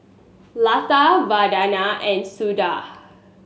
Lata Vandana and Sudhir